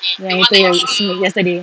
ya I told you ya it's yesterday